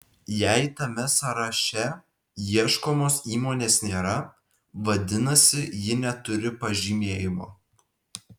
jei tame sąraše ieškomos įmonės nėra vadinasi ji neturi pažymėjimo